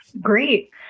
Great